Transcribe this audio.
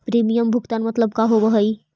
Premium भुगतान मतलब का होव हइ?